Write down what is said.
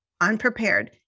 unprepared